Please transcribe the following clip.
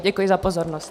Děkuji za pozornost.